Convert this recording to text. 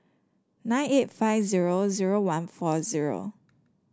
nine eight five zero zero one four zero